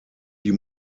die